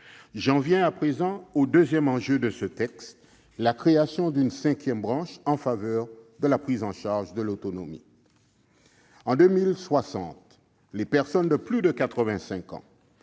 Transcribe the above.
J'en viens à présent au deuxième enjeu de ce texte, la création d'une cinquième branche en faveur de la prise en charge de l'autonomie. En 2060, les personnes de plus de